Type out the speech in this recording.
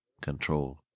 control